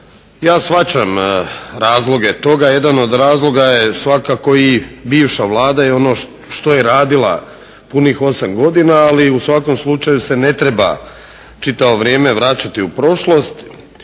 Ja shvaćam razloge toga. Jedan od razloga je svakako i bivša Vlada i ono što je radila punih osam godina. Ali u svakom slučaju se ne treba čitavo vrijeme vraćati u prošlost.